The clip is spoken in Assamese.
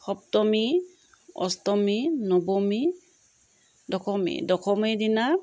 সপ্তমী অষ্টমী নৱমী দশমী দশমীৰ দিনা